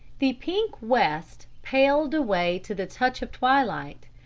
the pink west paled away to the touch of twilight,